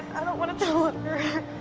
i don't want to tell ah her.